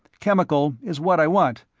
chemical is what i want.